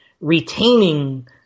retaining